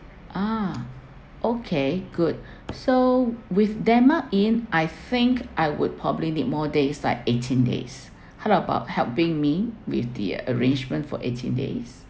ah okay good so with denmark in I think I would probably need more days like eighteen days how about helping me with the arrangement for eighteen days